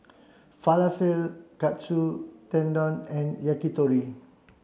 Falafel Katsu Tendon and Yakitori